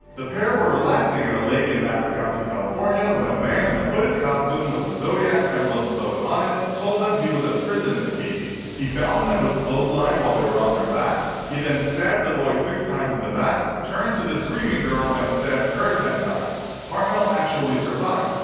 the pair were relaxing at a lake in napa county, california, when a man in a hooded costume with the zodiac emblem sewed on it told them he was a prison escapee. he bound them with clothesline while they were on their backs. he then stabbed the boy six times in the back, turned to the screaming girl and stabbed her ten times. hartnell actually survived.